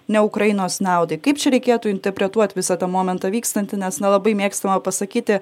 ne ukrainos naudai kaip čia reikėtų interpretuoti visą tą momentą vykstantį nes nelabai mėgstama pasakyti